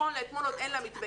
נכון לאתמול עוד אין לה מתווה,